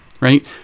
right